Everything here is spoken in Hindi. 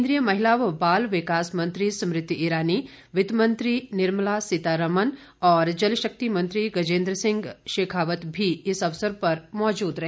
केन्द्रीय महिला व बाल विकास मंत्री स्मृति ईरानी वित्तमंत्री निर्मला सीतारामन और जलशक्ति मंत्री गजेन्द्र सिंह शेखावत भी इस अवसर पर मौजूद रहे